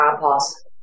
pause